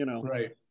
Right